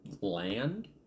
land